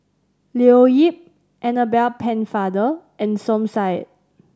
Leo Yip Annabel Pennefather and Som Said